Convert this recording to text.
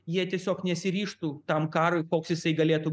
jie tiesiog nesiryžtų tam karui koks jisai galėtų